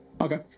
Okay